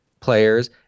players